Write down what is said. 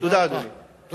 אדוני, תודה.